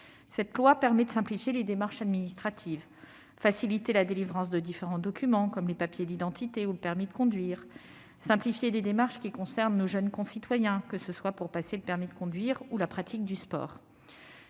Ce texte permet de simplifier les démarches administratives : faciliter la délivrance de différents documents comme les papiers d'identité ou le permis de conduire ; simplifier des démarches qui concernent nos jeunes concitoyens, que ce soit pour passer le permis de conduire ou la pratique du sport